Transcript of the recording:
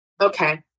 okay